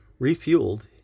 Refueled